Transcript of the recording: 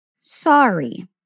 sorry